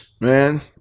Man